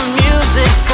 music